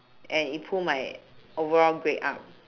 and it pull my overall grade up